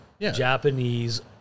Japanese